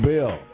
Bill